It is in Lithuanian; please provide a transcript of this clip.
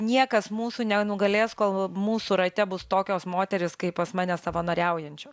niekas mūsų nenugalės kol mūsų rate bus tokios moterys kaip pas mane savanoriaujančio